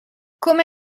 come